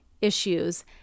issues